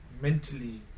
mentally